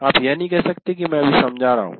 आप यह नहीं कह सकते कि मैं अभी समझा रहा हूं